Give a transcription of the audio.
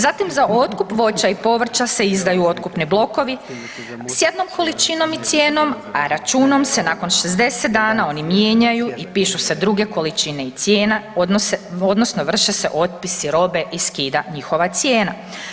Zatim, za otkup voća i povrća se izdaju otkupni blokovi s jednom količinom i cijenom, a računom se nakon 60 dana oni mijenjaju i pišu se druge količine i cijena, odnosno vrše se otpisi robe i skida njihova cijena.